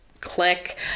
click